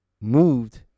moved